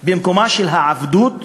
במקומה של העבדות הישנה.